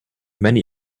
many